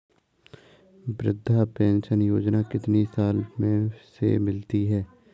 वृद्धा पेंशन योजना कितनी साल से मिलती है?